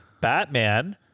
Batman